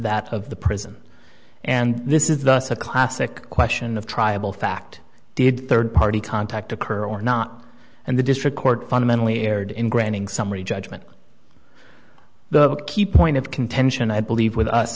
that of the prison and this is thus a classic question of tribal fact did third party contact occur or not and the district court fundamentally erred in granting summary judgment the key point of contention i believe with us